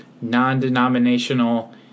Non-denominational